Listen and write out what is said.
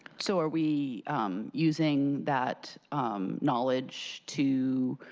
so are we using that knowledge to